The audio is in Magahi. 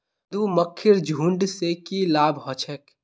मधुमक्खीर झुंड स की लाभ ह छेक